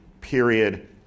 period